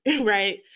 right